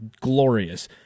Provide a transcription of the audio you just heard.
glorious